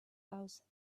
house